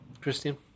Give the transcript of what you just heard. Christian